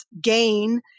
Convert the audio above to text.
gain